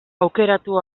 aukeratu